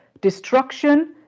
destruction